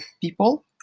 people